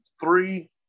three